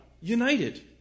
united